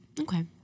Okay